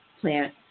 plant